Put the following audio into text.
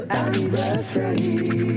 anniversary